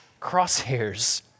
crosshairs